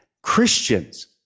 christians